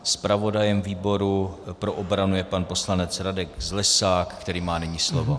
Zpravodajem výboru pro obranu je pan poslanec Radek Zlesák, který má nyní slovo.